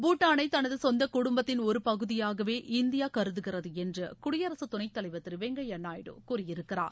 பூட்டானை தனது சொந்த குடும்பத்தின் ஒரு பகுதியாகவே இந்தியா கருதுகிறது என்று குடியரக துணைத் தலைவர் திரு வெங்கைய நாயுடு கூறியிருக்கிறார்